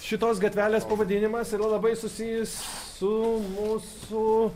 šitos gatvelės pavadinimas yra labai susijus su mūsų